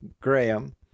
Graham